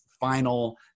final